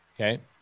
okay